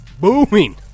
booming